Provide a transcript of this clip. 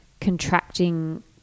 contracting